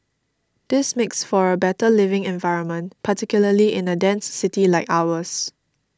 this makes for a better living environment particularly in a dense city like ours